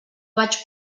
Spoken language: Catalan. vaig